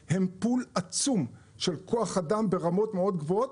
הם דחיפה עצומה של כוח אדם ברמות מאוד גבוהות,